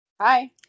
Hi